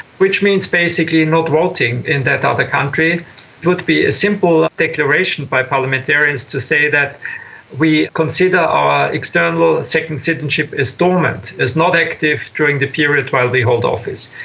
which means basically not voting in that other country. it would be a simple declaration by parliamentarians to say that we consider our external second citizenship as dormant, as not active during the period while they hold office.